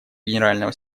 генерального